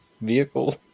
vehicle